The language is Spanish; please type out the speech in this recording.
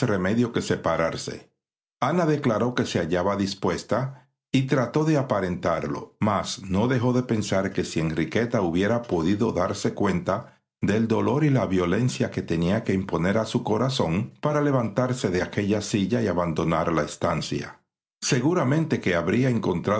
remedio que separarse ana declaró que se hallaba dispuesta y trató de aparentarlo mas no dejó de pensar que si enriqueta hubiera podido darse cuenta del dolor y la violencia que tenía que imponer a su corazón para levantarse de aquella silla y abandonar la estancia seguramente que habría